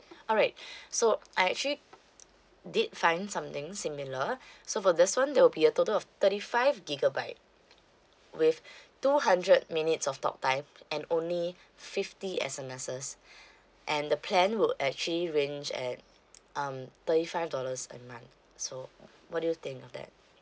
alright so I actually did fine something similar so for this one there will be a total of thirty five gigabyte with two hundred minutes of talktime and only fifty S_M_Ss and the plan would actually ranged at um thirty five dollars a month so what do you think of that